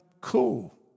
cool